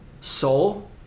soul